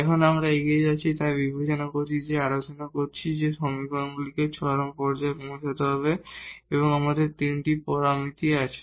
এখন আরও এগিয়ে যাচ্ছি আমরা বিবেচনা করেছি যে আমরা আলোচনা করেছি যে সমীকরণগুলিকে এক্সট্রিমা পর্যায়ে পৌঁছাতে হবে এবং আমাদের এখানে 3 টি পারামিটার রয়েছে